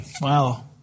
Wow